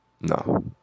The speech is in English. No